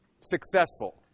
successful